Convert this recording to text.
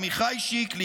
עמיחי שיקלי,